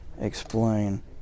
explain